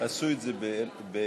עשו את זה ב-1996.